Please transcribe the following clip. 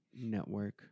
network